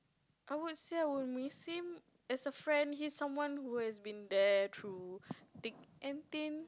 I would say I will miss him as a friend he's someone who has been there through thick and thin